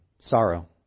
sorrow